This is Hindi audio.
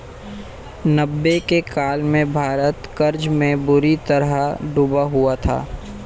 नब्बे के काल में भारत कर्ज में बुरी तरह डूबा हुआ था